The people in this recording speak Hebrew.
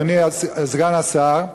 אדוני סגן השר,